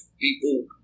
people